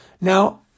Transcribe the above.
Now